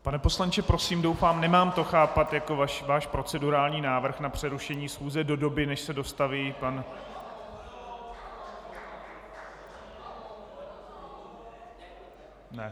Pane poslanče, prosím, doufám, nemám to chápat jako váš procedurální návrh na přerušení schůze do doby, než se dostaví pan... Ne.